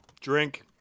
Drink